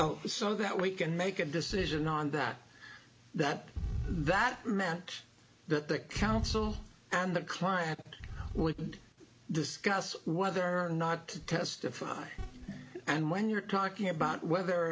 oh so that we can make a decision on that that that meant that the counsel and the client we could discuss whether or not to testify and when you're talking about whether